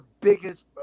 biggest